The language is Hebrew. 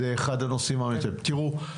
תראו,